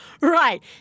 right